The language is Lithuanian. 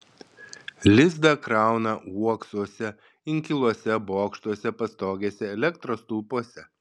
lizdą krauna uoksuose inkiluose bokštuose pastogėse elektros stulpuose